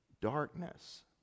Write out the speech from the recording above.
darkness